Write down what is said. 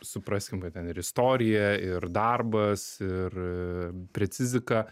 supraskim kad ten ir istorija ir darbas ir precizika